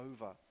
over